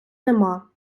нема